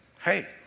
Hey